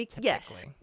yes